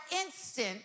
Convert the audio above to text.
instant